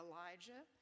Elijah